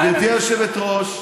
גברתי היושבת-ראש,